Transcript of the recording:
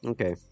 Okay